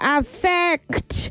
affect